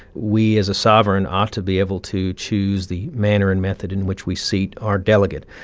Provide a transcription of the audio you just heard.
we, as a sovereign, ought to be able to choose the manner and method in which we seat our delegate.